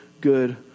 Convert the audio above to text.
good